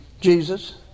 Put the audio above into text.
Jesus